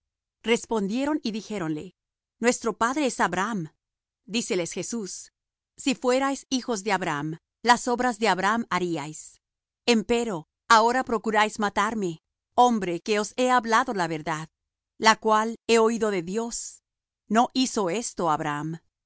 respondieron y dijéronle nuestro padre es abraham díceles jesús si fuerais hijos de abraham las obras de abraham harías empero ahora procuráis matarme hombre que os he hablado la verdad la cual he oído de dios no hizo esto abraham